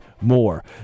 more